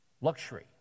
luxury